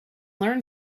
learn